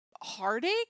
heartache